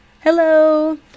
Hello